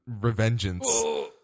revengeance